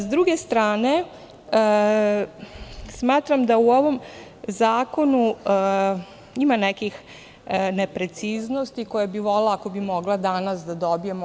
Sa druge strane, smatram da u ovom zakonu ima nekih nepreciznosti koje bih volela, ako bi mogla, danas da dobijem.